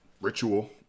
ritual